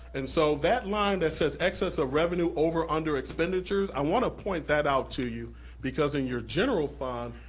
and so that line that says excess of revenue over, under expenditures, i wanna point that out to you because in your general fund,